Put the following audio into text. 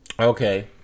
Okay